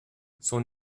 son